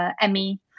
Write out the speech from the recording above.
Emmy